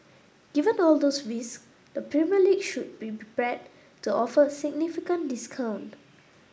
given all those risks the Premier League should be prepared to offer a significant discount